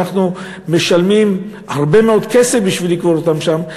ואנחנו משלמים הרבה מאוד כסף בשביל לקבור אותם שם,